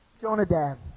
Jonadab